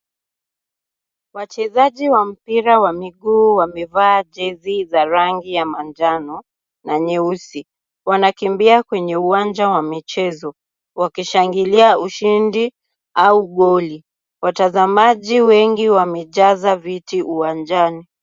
Wachezaji wa mpira za miguu wamevaa jezi za rangi ya manjano na nyeusi, wanakimbia kwenye uwanja wa michezo wakishangilia ushindi au goli . Watazamaji wengi wamejaza viti uwanjani.